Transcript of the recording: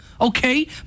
okay